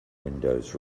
windows